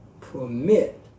permit